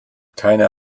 keine